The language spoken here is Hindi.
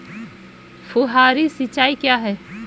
फुहारी सिंचाई क्या है?